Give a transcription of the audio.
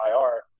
IR